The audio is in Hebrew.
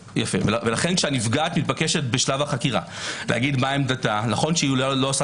לכן כשהנפגעת מתבקשת בשלב החקירה לומר מה עמדתה נכון שאולי היא לא עושה